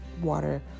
water